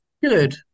good